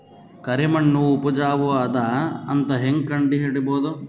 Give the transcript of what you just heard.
ಕರಿಮಣ್ಣು ಉಪಜಾವು ಅದ ಅಂತ ಹೇಂಗ ಕಂಡುಹಿಡಿಬೇಕು?